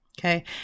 Okay